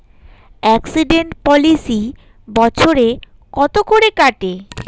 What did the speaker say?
Accident policy বছরে কত করে কাটে?